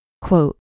Quote